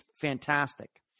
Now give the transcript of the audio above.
fantastic